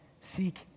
Seek